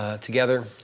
together